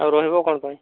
ଆଉ ରହିବ କ'ଣ ପାଇଁ